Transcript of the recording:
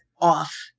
off